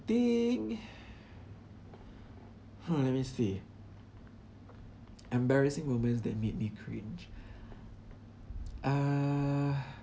think !huh! let me see embarrassing moments that made me cringe uh